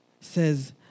says